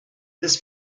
this